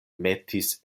metis